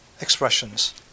expressions